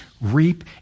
reap